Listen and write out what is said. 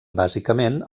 bàsicament